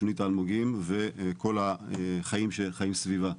שונית האלמוגים וכל החיים שחיים סביבה.